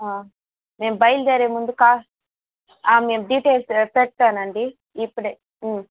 మేము బయలుదేరే ముందు కాల్ మేము డీటెయిల్స్ పెడతానండీ ఇప్పుడే